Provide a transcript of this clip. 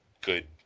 good